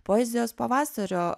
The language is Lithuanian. poezijos pavasario